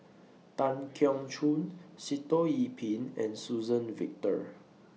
Tan Keong Choon Sitoh Yih Pin and Suzann Victor